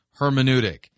hermeneutic